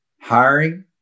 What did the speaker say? hiring